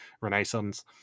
Renaissance